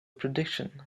prediction